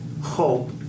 hope